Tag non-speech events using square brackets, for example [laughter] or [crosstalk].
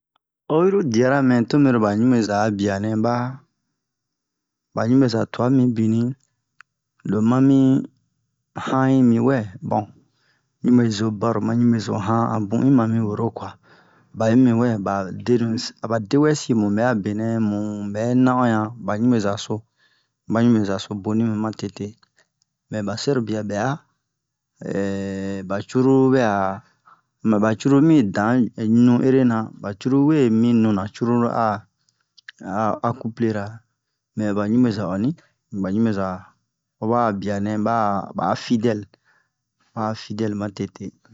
Oyi ro diara mɛ to mɛro ba ɲubeza a bianɛ ba ba ɲubeza tua mibini lo ma mi yan yi mi wɛ bon ɲubezo baro ma ɲubezo yan a bun in mami woro kwa ba'i mi wɛ ba derinu si aba de wɛ si mu bɛ'a benɛ mu bɛ no'oɲa ba ɲubeza so a ba ɲubeza so boni nu ma tete mɛ ba sɛrobia bɛ'a [hesitation] ba cruru bɛ'a mɛ ba cruru mi dan nu ere na ba cruru we mi nuna cruru a a akuplera mɛ ba ɲubeza onni ba ɲubeza o ba'a bianɛ ba a fidɛl ba'a fidɛl ma tete